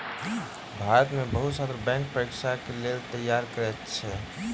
भारत में बहुत छात्र बैंक परीक्षा के लेल तैयारी करैत अछि